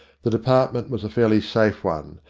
the department was a fairly safe one,